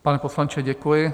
Pane poslanče, děkuji.